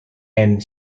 and